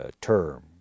term